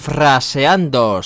Fraseando